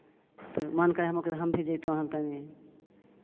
तऽ मन कहै हमहूँ कि हम भी जयतहुँ हन तनि